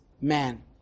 man